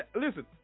listen